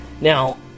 Now